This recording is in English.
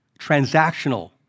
transactional